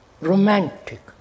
romantic